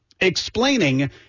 explaining